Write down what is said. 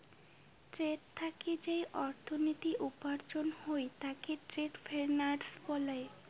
trade থাকি যেই অর্থনীতি উপার্জন হই তাকে ট্রেড ফিন্যান্স বলং